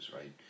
right